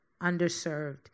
underserved